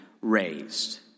raised